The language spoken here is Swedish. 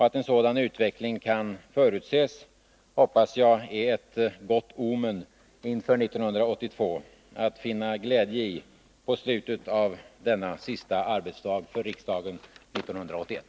Att en sådan utveckling kan förutses hoppas jag är ett gott omen inför 1982, att finna glädje i på slutet av riksdagens sista arbetsdag 1981.